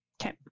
Okay